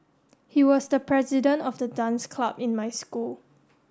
he was the president of the dance club in my school